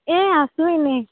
এই আছোঁ এনেই